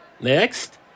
next